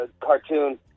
cartoon